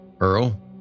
Earl